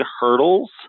hurdles